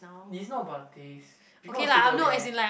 is not about taste people will still go there